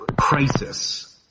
crisis